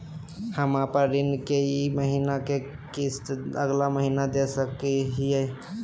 हम अपन ऋण के ई महीना के किस्त अगला महीना दे सकी हियई?